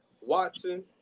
Watson